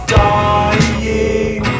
dying